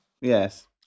Yes